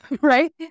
right